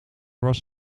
was